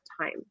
time